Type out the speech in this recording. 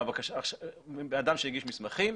אדם שהגיש מסמכים,